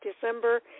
december